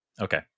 Okay